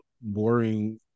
boring